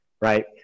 right